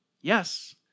Yes